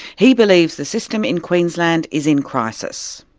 he believes the system in queensland is in crisis.